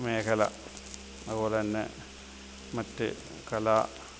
മേഖല അതുപോലെതന്നെ മറ്റ് കലാ